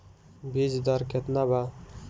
बीज दर केतना बा?